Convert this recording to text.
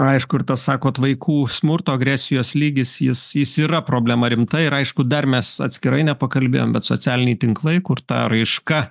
aišku ir tas sakot vaikų smurto agresijos lygis jis jis yra problema rimta ir aišku dar mes atskirai nepakalbėjom bet socialiniai tinklai kur ta raiška